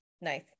nice